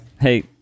hey